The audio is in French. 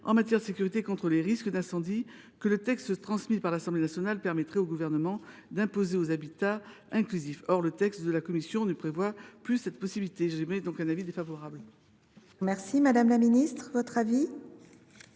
en matière de sécurité contre les risques d’incendie, que le texte transmis par l’Assemblée nationale permettait au Gouvernement d’imposer aux habitats inclusifs. Or le texte de la commission ne prévoit plus cette possibilité. J’émets donc un avis défavorable sur cet amendement. Quel est l’avis